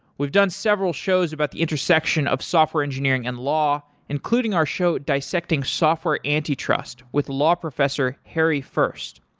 we've done several shows about the intersection of software engineering and law including our show dissecting software anti-trust with law professor, harry first.